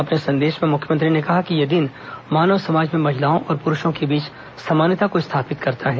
अपने संदेश में मुख्यमंत्री ने कहा कि यह दिन मानव समाज में महिलाओं और पुरूषों के बीच समानता को स्थापित करता है